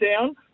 down